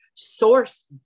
source